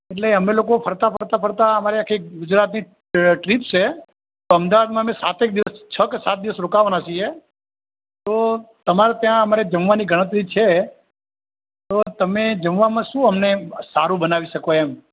એટલે અમે લોકો ફરતાં ફરતાં ફરતાં અમારે આખી ગુજરાતની અ ટ્રીપ છે અમદાવાદમાં અમે સાત એક દિવસ છ કે સાત દિવસ રોકવાના છીએ તો તમારે ત્યાં અમારે જમવાની ગણતરી છે તો તમે જમવામાં શું અમને સારું બનાવી શકો એમ